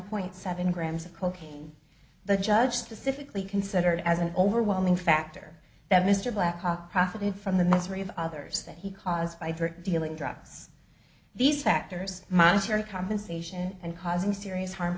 point seven grams of cocaine the judge specifically considered as an overwhelming factor that mr blackhawk profited from the misery of others that he caused by for dealing drugs these factors monetary compensation and causing serious harm